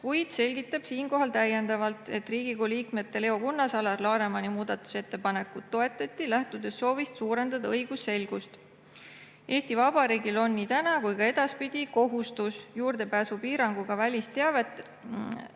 kuid selgitab siinkohal täiendavalt, et Riigikogu liikmete Leo Kunnase ja Alar Lanemani muudatusettepanekut toetati, lähtudes soovist suurendada õigusselgust. Eesti Vabariigil on nii praegu kui ka edaspidi kohustus juurdepääsupiiranguga välisteabe